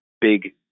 big